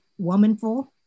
womanful